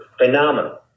phenomenal